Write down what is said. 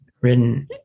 written